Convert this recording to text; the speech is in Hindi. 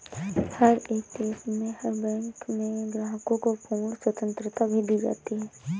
हर एक देश में हर बैंक में ग्राहकों को पूर्ण स्वतन्त्रता भी दी जाती है